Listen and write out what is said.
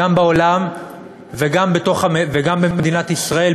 גם בעולם וגם במדינת ישראל,